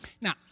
Now